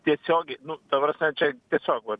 tiesiogiai nu ta prasme čia tiesiog vat